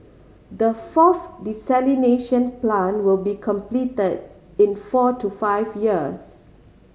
the fourth desalination plant will be completed in four to five years